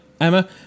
Emma